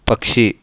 पक्षी